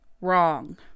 wrong